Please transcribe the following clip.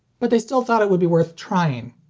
but they still thought it would be worth trying.